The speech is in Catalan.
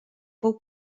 fou